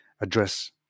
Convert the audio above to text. address